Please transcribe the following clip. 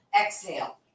Exhale